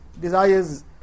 desires